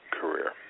career